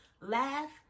Laugh